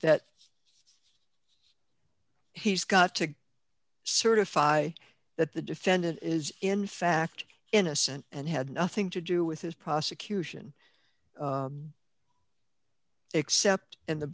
that he's got to certify that the defendant is in fact innocent and had nothing to do with his prosecution except in the